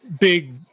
big